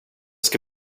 ska